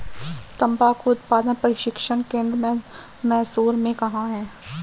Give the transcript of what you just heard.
तंबाकू उत्पादन प्रशिक्षण केंद्र मैसूर में कहाँ है?